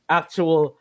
actual